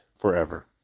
FOREVER